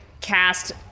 cast